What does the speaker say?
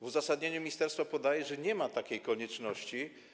W uzasadnieniu ministerstwo podaje, że nie ma takiej konieczności.